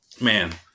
man